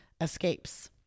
escapes